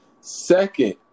Second